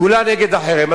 כולם נגד החרם.